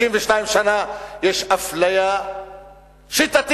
62 שנה יש אפליה שיטתית